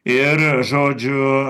ir žodžiu